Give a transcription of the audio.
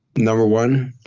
number one,